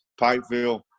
Pikeville